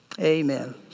Amen